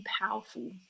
powerful